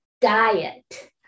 diet